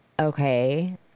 okay